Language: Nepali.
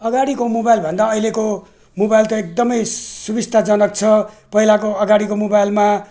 अगाडिको मोबाइलभन्दा अहिलेको मोबाइल त एकदमै सुविस्ताजनक छ पहिलाको अगाडिको मोबाइलमा